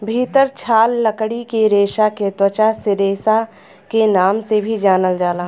भितर छाल लकड़ी के रेसा के त्वचा रेसा के नाम से भी जानल जाला